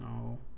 No